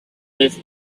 left